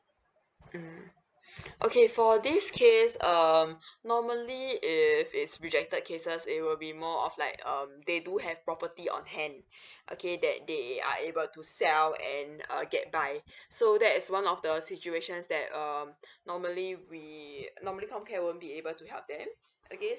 mm okay for this case um normally if it's rejected cases it will be more of like um they do have property on hand okay that they are able to sell and uh get by so that is one of the situations that um normally we normally comcare won't be able to help them okay